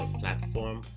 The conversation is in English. platform